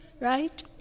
right